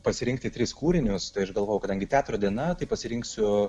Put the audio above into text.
pasirinkti tris kūrinius aš galvojau kadangi teatro diena tai pasirinksiu